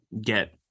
get